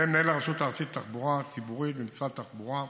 אצל מנהל הרשות הארצית לתחבורה הציבורית במשרד התחבורה.